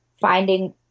finding